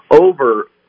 over